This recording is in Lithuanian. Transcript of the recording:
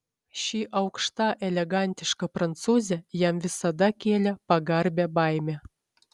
ši aukšta elegantiška prancūzė jam visada kėlė pagarbią baimę